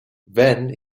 then